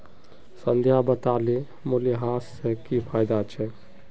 संध्या बताले मूल्यह्रास स की फायदा छेक